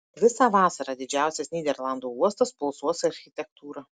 visą vasarą didžiausias nyderlandų uostas pulsuos architektūra